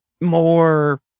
more